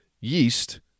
yeast